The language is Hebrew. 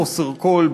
בחוסר כול,